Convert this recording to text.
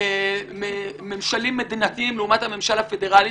אין לנו ממשלים מדינתיים לעומת הממשל הפדרלי,